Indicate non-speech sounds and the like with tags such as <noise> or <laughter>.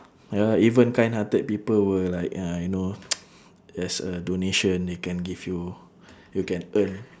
ya even kind-hearted people will like ya I know <noise> there's a donation they can give you you can earn